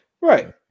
Right